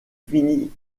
finit